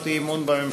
צער בעלי-חיים (הגנה על בעלי-חיים)